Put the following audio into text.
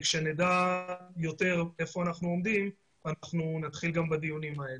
כשנדע יותר איפה אנחנו עומדים אנחנו נתחיל גם בדיונים האלה.